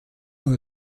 nur